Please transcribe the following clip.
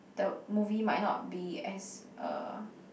the movie might not be as uh